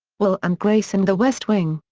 will and grace and the west wing.